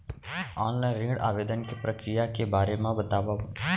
Online ऋण आवेदन के प्रक्रिया के बारे म बतावव?